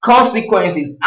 Consequences